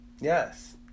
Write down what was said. Yes